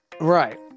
Right